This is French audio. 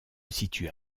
situent